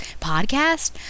podcast